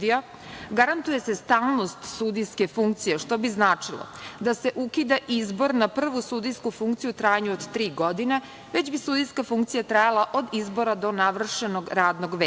garantuje se stalnost sudijske funkcije, što bi značilo da se ukida izbor na prvu sudijsku funkciju u trajanju od tri godine, već bi sudijska funkcija trajala od izbora do navršenog radnog veka.